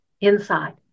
inside